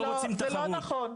לא, זה לא נכון.